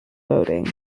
voting